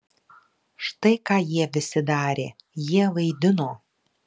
štai ką jie visi darė jie vaidino